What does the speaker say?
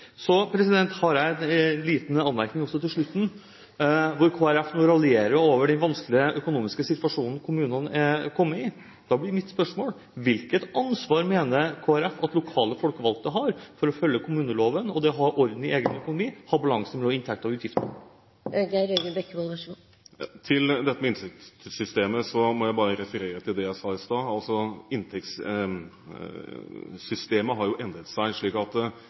har jeg en liten anmerkning til slutt. Kristelig Folkeparti raljerer nå over den vanskelige økonomiske situasjonen kommunene har kommet i. Da blir mitt spørsmål: Hvilket ansvar mener Kristelig Folkeparti at lokale folkevalgte har for å følge kommuneloven og ha orden i egen økonomi, ha balanse mellom inntekter og utgifter? Til dette med inntektssystemet: Jeg må bare referere til det jeg sa i stad. Inntektssystemet har jo endret seg.